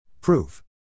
Proof